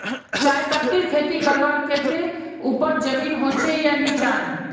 चाय पत्तीर खेती करवार केते ऊपर जमीन होचे या निचान?